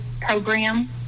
program